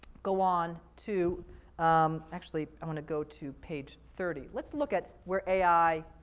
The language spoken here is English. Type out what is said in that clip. go on to um actually, i want to go to page thirty. let's look at where ai,